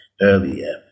earlier